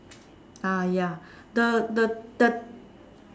ah ya the the the